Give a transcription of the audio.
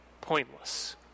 pointless